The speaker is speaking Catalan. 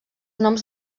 noms